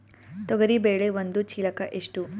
ತೊಗರಿ ಬೇಳೆ ಒಂದು ಚೀಲಕ ಎಷ್ಟು?